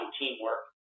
teamwork